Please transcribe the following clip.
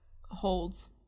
holds